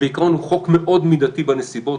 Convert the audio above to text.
בעיקרון הוא חוק מאוד מידתי בנסיבות.